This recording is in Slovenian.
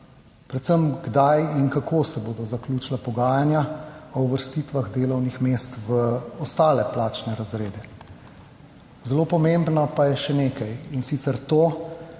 predvsem kdaj in kako se bodo zaključila pogajanja o uvrstitvah delovnih mest v ostale plačne razrede. Zelo pomembno pa je še nekaj, in sicer to,